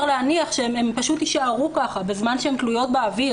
הן פשוט יישארו ככה בזמן שהן תלויות באוויר.